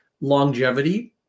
longevity